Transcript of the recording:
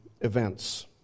events